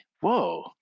whoa